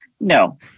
No